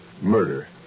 Murder